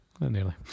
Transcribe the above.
nearly